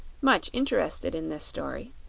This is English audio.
much interested in this story.